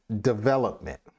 development